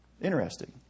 Interesting